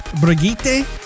Brigitte